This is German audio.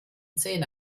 zähne